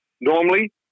normally